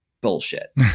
bullshit